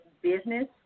business